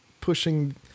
pushing